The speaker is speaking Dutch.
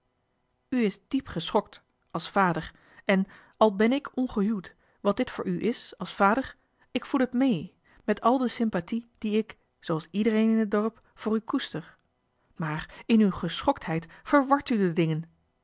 is diep geschokt als vader en al ben ik ongehuwd wat dit voor u is als vader ik voel het mee met al de sympâthie die ik zooals iedereen in het dorp voor u koester maar in uw geschoktheid verwart u de dingen